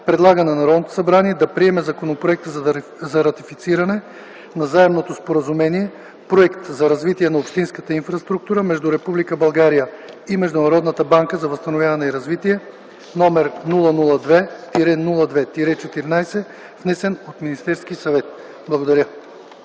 предлага на Народното събрание да приеме Законопроекта за ратифициране на Заемното споразумение „Проект за развитие на общинската инфраструктура” между Република България и Международната банка за възстановяване и развитие, № 002-02-14, внесен от Министерски съвет”. Благодаря.